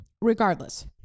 regardless